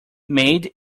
made